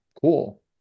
Cool